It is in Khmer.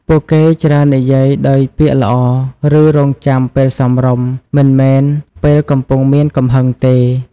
ពួកគេច្រើននិយាយដោយពាក្យល្អ ឬរង់ចាំពេលសមរម្យ មិនមែនពេលកំពុងមានកំហឹងទេ។